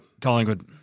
Collingwood